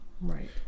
Right